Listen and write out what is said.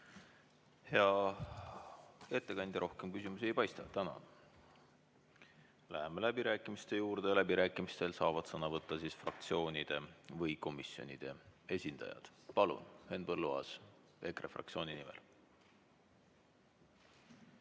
Hea ettekandja, rohkem küsimusi ei paista. Tänan! Läheme läbirääkimiste juurde. Läbirääkimistel saavad sõna võtta fraktsioonide või komisjonide esindajad. Palun, Henn Põlluaas EKRE fraktsiooni nimel!